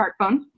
Smartphone